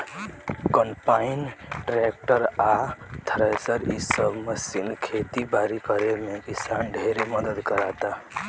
combine, tractor आ thresher इ सब मशीन खेती बारी करे में किसान ढेरे मदद कराता